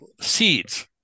seeds